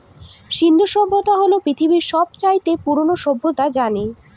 সিন্ধু সভ্যতা হল পৃথিবীর সব চাইতে পুরোনো সভ্যতা জানি